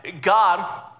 God